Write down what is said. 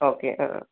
okay ആഹ്